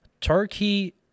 Turkey